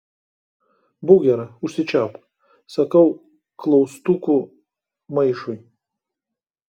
būk gera užsičiaupk sakau klaustukų maišui